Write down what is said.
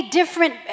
different